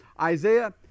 Isaiah